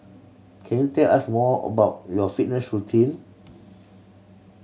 can you tell us more about your fitness routine